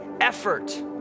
effort